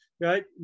right